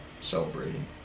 celebrating